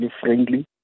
friendly